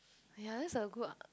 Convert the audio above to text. ya this so good ah